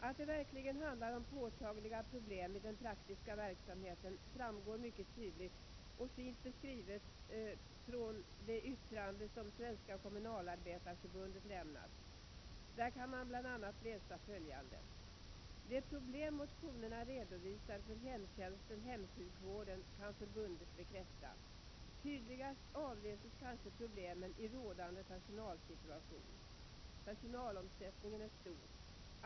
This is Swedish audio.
Att det verkligen handlar om påtagliga problem i den praktiska verksamheten framgår mycket tydligt av det yttrande som Svenska kommunalarbetareförbundet lämnat och är där fint beskrivet. Man kan läsa bl.a. följande: ”De problem motionerna redovisar för hemtjänsten/hemsjukvården kan förbundet bekräfta. Tydligast avläses kanske problemen i rådande personalsituation. Personalomsättningen är stor.